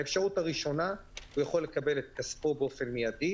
הראשונה, הוא יכול לקבל כספו מיידית